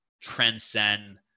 transcend